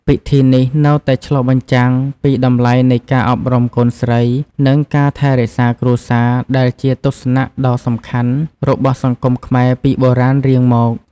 ពិធីនេះនៅតែឆ្លុះបញ្ចាំងពីតម្លៃនៃការ អប់រំកូនស្រី និង ការថែរក្សាគ្រួសារ ដែលជាទស្សនៈដ៏សំខាន់របស់សង្គមខ្មែរពីបុរាណរៀងមក។